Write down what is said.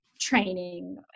training